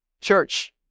Church